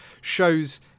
shows